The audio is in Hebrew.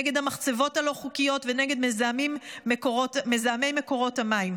נגד המחצבות הלא חוקיות ונגד מזהמי מקורות המים.